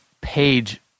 page